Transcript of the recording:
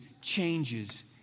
changes